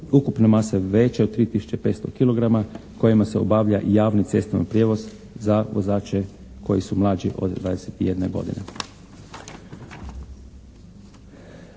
ukupne mase veće od 3 tisuće 500 kilograma kojima se obavlja javni cestovni prijevoz za vozače koji su mlađi od 21 godine.